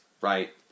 right